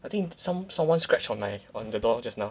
I think some someone scratched on my on the door just now